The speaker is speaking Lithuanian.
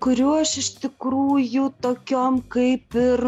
kuriu aš iš tikrųjų tokiom kaip ir